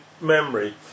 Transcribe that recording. Memory